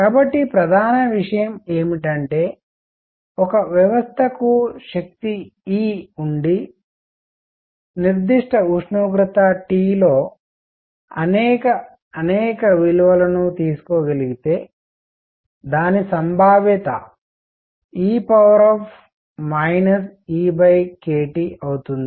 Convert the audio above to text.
కాబట్టి ప్రధాన విషయం ఏమిటంటే ఒక వ్యవస్థకు శక్తి E ఉండి నిర్దిష్ట ఉష్ణోగ్రత T లో అనేక అనేక విలువలను తీసుకోగలిగితే దాని సంభావ్యత e EkT అవుతుంది